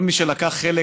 כל מי שלקח חלק